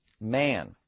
man